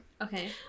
Okay